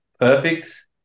Perfect